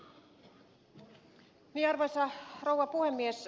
arvoisa rouva puhemies